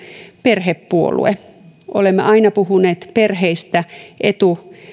perhepuolue olemme aina puhuneet perheistä